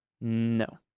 No